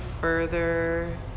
further